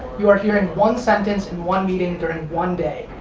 you are hearing one sentence in one meeting during one day.